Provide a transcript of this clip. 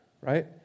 right